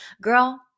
girl